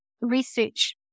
research